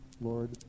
Lord